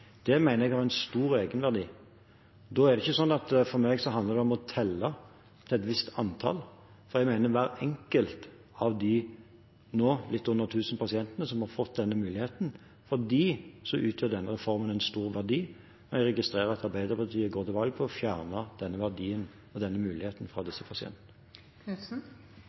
Det mener jeg har en stor egenverdi. Da handler det ikke for meg om å telle et visst antall, for jeg mener at for hver enkelt av de til nå litt under 1 000 pasientene som har fått denne muligheten, utgjør denne reformen en stor verdi. Jeg registrerer at Arbeiderpartiet går til valg på å fjerne denne verdien og muligheten fra disse pasientene.